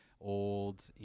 old